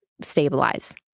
stabilize